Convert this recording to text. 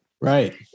Right